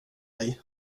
dig